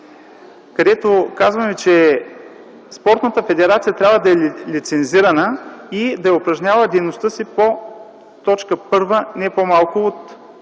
където казваме, че спортната федерация трябва да е лицензирана и да упражнява дейността си по т. 1 не по-малко от